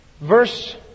Verse